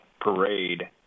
Parade